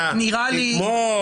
אתה תתמוך,